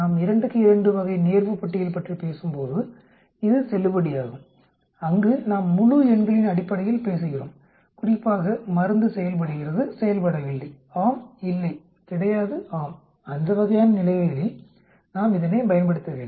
நாம் 2 க்கு 2 வகை நேர்வு பட்டியல் பற்றி பேசும்போது இது செல்லுபடியாகும் அங்கு நாம் முழு எண்களின் அடிப்படையில் பேசுகிறோம் குறிப்பாக மருந்து செயல்படுகிறது செயல்படவில்லை ஆம் இல்லை கிடையாது ஆம் அந்த வகையான நிலைகளில் நாம் இதனைப் பயன்படுத்த வேண்டும்